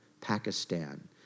Pakistan